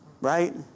right